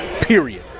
period